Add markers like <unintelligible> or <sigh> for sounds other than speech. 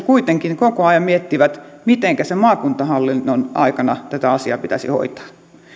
<unintelligible> kuitenkin koko ajan miettivät mitenkä sen maakuntahallinnon aikana tätä asiaa pitäisi hoitaa